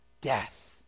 death